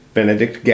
Benedict